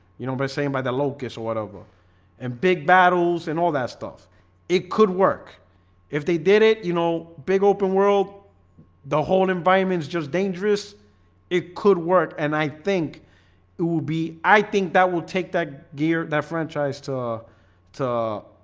you know by saying by the locusts or whatever and big battles and all that stuff it could work if they did it, you know big open world the whole environment is just dangerous it could work and i think it would be i think that we'll take that gear that franchise to to